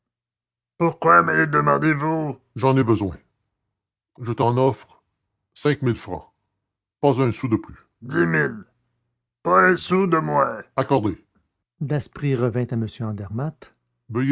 pourquoi me les demandez-vous j'en ai besoin je t'en offre cinq mille francs pas un sou de plus dix mille pas un sou de moins accordé daspry revint à m andermatt